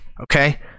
Okay